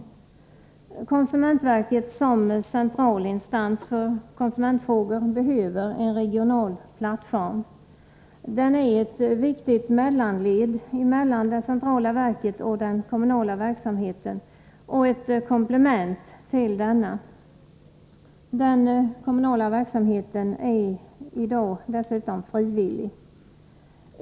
Konsumentverket som central instans för konsumentfrågor behöver en regional plattform. Den är ett viktigt mellanled mellan det centrala verket och den kommunala verksamheten och ett komplement till denna. Den kommunala verksamheten är i dag dessutom frivillig.